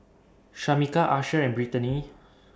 Shameka Asher and Brittany